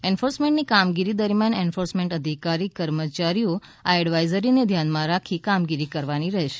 એન્ફોર્સમેન્ટની કામગીરી દરમિયાન એન્ફોર્સમેન્ટ અધિકારી કર્મચારીઓએ આ એડવાઇઝરીને ધ્યાનમાં રાખી કામગીરી કરવાની રહેશે